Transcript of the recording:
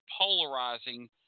polarizing